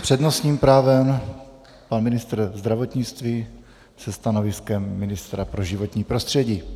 S přednostním právem pan ministr zdravotnictví se stanoviskem ministra pro životní prostředí.